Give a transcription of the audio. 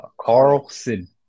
Carlson